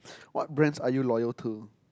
what brands are you loyal to